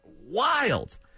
wild